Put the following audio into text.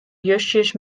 justjes